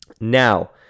Now